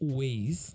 ways